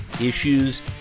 issues